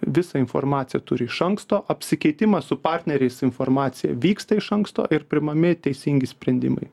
visą informaciją turi iš anksto apsikeitimas su partneriais informacija vyksta iš anksto ir priimami teisingi sprendimai